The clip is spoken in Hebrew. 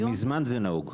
זה נהוג ממזמן.